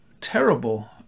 terrible